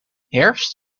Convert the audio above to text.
herfst